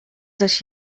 zaś